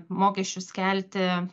mokesčius kelti